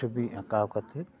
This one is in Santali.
ᱪᱷᱩᱵᱤ ᱟᱠᱟᱣ ᱠᱟᱛᱮ